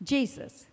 Jesus